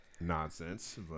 nonsense